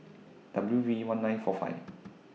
W V one nine four five